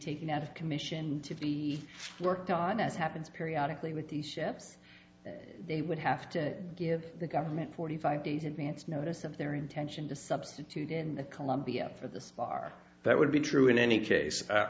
taken out of commission to be worked on as happens periodically with these ships they would have to give the government forty five days advance notice of their intention to substitute in colombia for this bar that would be true in any case